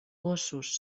gossos